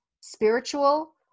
spiritual